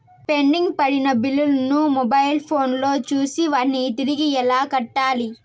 pending పడిన బిల్లులు ను మొబైల్ ఫోను లో చూసి వాటిని తిరిగి ఎలా కట్టాలి